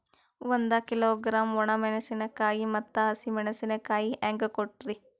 ಒಂದ ಕಿಲೋಗ್ರಾಂ, ಒಣ ಮೇಣಶೀಕಾಯಿ ಮತ್ತ ಹಸಿ ಮೇಣಶೀಕಾಯಿ ಹೆಂಗ ಕೊಟ್ರಿ?